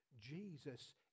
Jesus